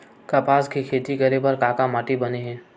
कपास के खेती करे बर का माटी बने होथे?